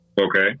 Okay